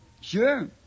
Sure